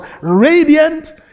radiant